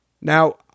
Now